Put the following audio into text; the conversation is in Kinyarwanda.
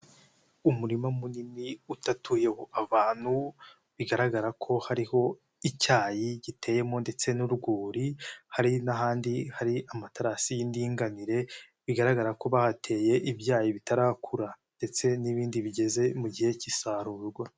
Umurima munini udatuyeho abantu bigaragara ko hariho icyayi giteyemo ndetse n'urwuri, hari n'ahandi hari amaterasi y'indinganire bigaragara ko bahateye ibyayi bitarakura ndetse n'ibindi bigeze mu gihe cy'isarurwa.